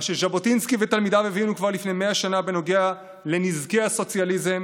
מה שז'בוטינסקי ותלמידיו הבינו כבר לפני 100 שנה בנוגע לנזקי הסוציאליזם